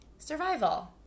Survival